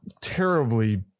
terribly